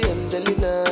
Angelina